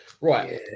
right